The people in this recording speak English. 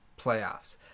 playoffs